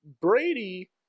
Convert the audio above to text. Brady